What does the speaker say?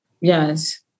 yes